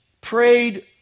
prayed